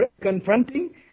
confronting